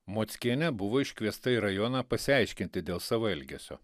mockienė buvo iškviesta į rajoną pasiaiškinti dėl savo elgesio